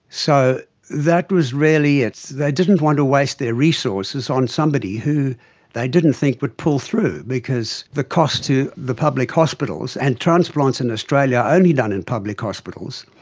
so that was really it. they didn't want to waste their resources on somebody who they didn't think would pull through because the cost to the public hospitals, and transplants in australia are only done in public hospitals,